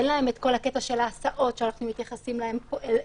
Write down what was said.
אין להם את ההסעות שאנחנו מתייחסים אליהן כאן,